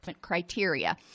Criteria